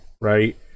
right